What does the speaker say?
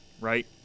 right